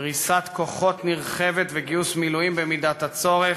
פריסת כוחות נרחבת וגיוס מילואים במידת הצורך,